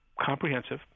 comprehensive